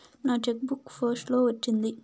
నా cheque book post లో వచ్చింది